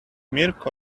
mirco